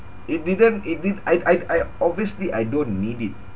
it didn't it did I I I obviously I don't need it